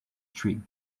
tree